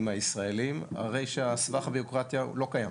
הישראלים הרי שסבך הבירוקרטיה לא קיים.